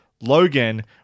Logan